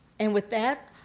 and with that,